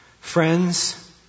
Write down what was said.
Friends